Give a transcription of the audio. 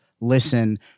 listen